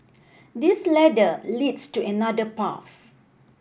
this ladder leads to another path